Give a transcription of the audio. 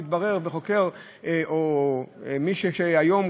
שהתברר: מישהו שחקר היום,